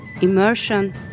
immersion